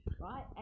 right